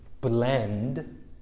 blend